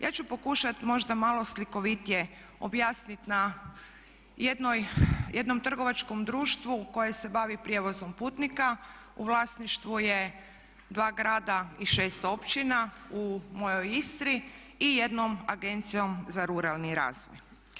Ja ću pokušati možda malo slikovitije objasniti na jednom trgovačkom društvu koje se bavi prijevozom putnika, u vlasništvu je 2 grada i 6 općina u mojoj Istri i jednom agencijom za ruralni razvoj.